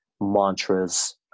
mantras